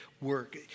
work